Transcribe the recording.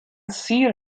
سیر